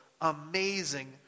amazing